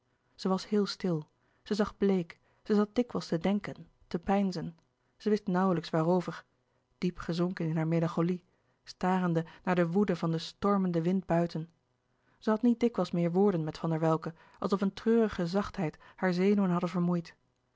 zij was heel stil zij zag bleek zij zat dikwijls te denken te peinzen zij wist nauwlijks waarover diep gezonken in haar melancholie starende naar de woede van den stor menden wind buiten zij had niet dikwijls meer woorden met van der welcke alsof een treurige zachtheid hare zenuwen hadden vermoeid